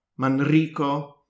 Manrico